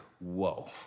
whoa